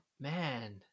Man